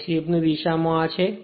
અને સ્લીપ ની દિશા આ છે